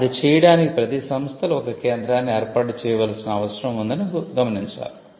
అది చేయడానికి ప్రతీ సంస్థలో ఒక కేంద్రాన్ని ఏర్పాటు చేయవలసిన అవసరం ఉందని గమనించాలి